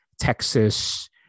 Texas